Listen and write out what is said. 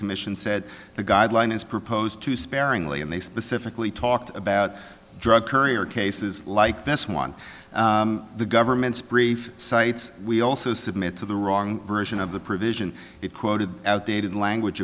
commission said the guideline is proposed to sparingly and they specifically talked about drug courier cases like this one the government's brief cites we also submit to the wrong version of the provision it quoted out dated language